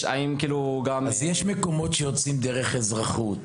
אז יש מקומות שיוצאים דרך שיעורי אזרחות,